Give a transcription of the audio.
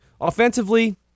Offensively